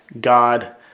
God